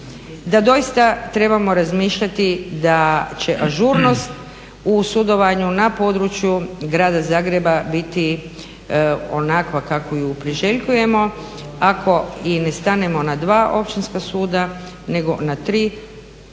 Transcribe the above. da doista trebamo razmišljati da će ažurnost u sudovanju na području grada Zagreba biti onakva kakvu ju priželjkujemo. Ako i ne stanemo na dva općinska suda nego na tri, da li je